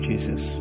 Jesus